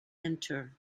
enter